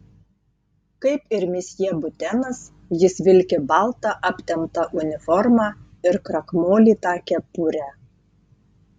kaip ir misjė butenas jis vilki baltą aptemptą uniformą ir krakmolytą kepurę